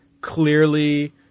clearly